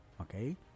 okay